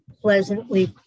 pleasantly